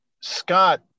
Scott